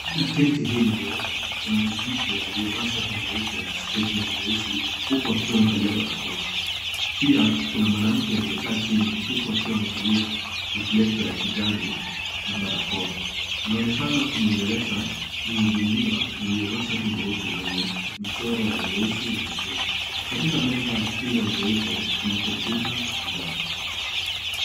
Ka tenti hili nyeupe, kuna mwanamke aliyevaa shati nyeupe na sketi ya nyeusi huku akiwa amevalia barakoa. Pia kuna mwanamke aliyekaa chini huku akiwa amevalia reflector ya kijani na barakoa. Anaonekana kumwongelesha mhudumiwa aliyevaa shati jeupe lenye michoro ya nyeusi na nyekundu. Katika meza hilo nyeupe, kuna kompyuta kadhaa.